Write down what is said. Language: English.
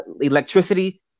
electricity